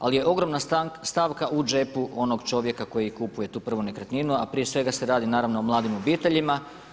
Ali je ogromna stavka u džepu onoga čovjeka koji kupuje tu prvu nekretninu, ali prije svega se radi naravno o mladim obiteljima.